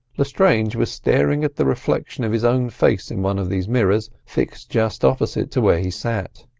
lestrange was staring at the reflection of his own face in one of these mirrors fixed just opposite to where he sat.